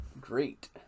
great